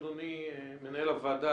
אדוני מנהל הוועדה,